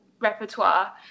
repertoire